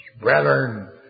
Brethren